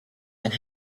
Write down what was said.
and